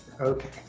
Okay